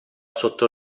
sotto